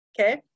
Okay